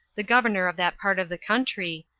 the governor of that part of the country,